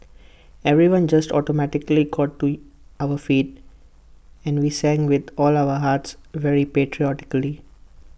everyone just automatically got to our feet and we sang with all our hearts very patriotically